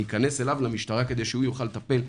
להיכנס למשטרה כדי שתוכל לטפל,